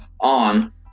on